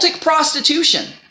prostitution